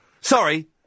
Sorry